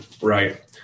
right